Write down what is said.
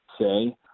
say